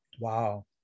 Wow